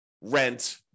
rent